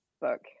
book